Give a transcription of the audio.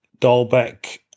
Dolbeck